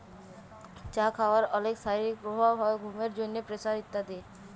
চা খাওয়ার অলেক শারীরিক প্রভাব হ্যয় ঘুমের জন্হে, প্রেসার ইত্যাদি